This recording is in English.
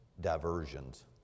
diversions